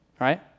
right